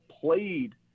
played